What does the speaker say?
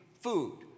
food